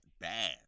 bad